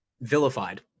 vilified